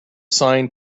sign